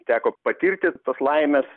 teko patirti tos laimės